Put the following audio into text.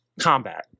combat